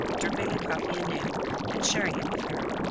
dripping the coffee anew and sharing it with her.